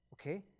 okay